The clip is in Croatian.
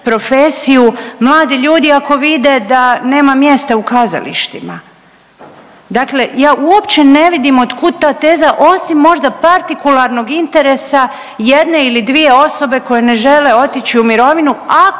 profesiju mladi ljudi ako vide da nema mjesta u kazalištima. Dakle, ja uopće ne vidim od kud ta teza, osim možda partikularnog interesa jedne ili dvije osobe koje ne žele otići u mirovinu.